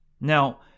Now